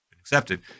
accepted